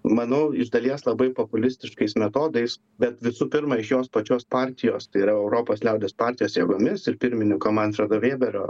manau iš dalies labai populistiškais metodais bet visų pirma iš jos pačios partijos tai yra europos liaudies partijos jėgomis ir pirmininko manfredo vėberio